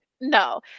no